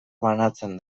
banatzen